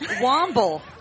Wobble